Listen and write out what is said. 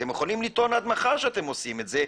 אתם יכולים לטעון עד מחר שאתם עושים את זה,